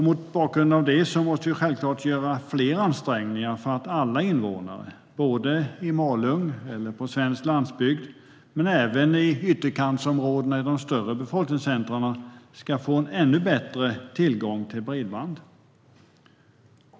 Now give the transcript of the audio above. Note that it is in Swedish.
Mot bakgrund av det måste vi självklart göra fler ansträngningar för att alla invånare - i Malung, på svensk landsbygd men även i ytterkantsområdena i de större befolkningscentrumen - ska få ännu bättre tillgång till bredband.